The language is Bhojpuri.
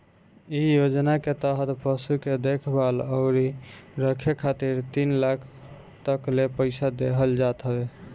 इ योजना के तहत पशु के देखभाल अउरी रखे खातिर तीन लाख तकले पईसा देहल जात ह